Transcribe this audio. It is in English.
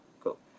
cool